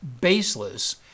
baseless